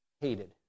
hated